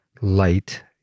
light